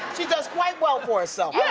she does quite well for so yeah